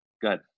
good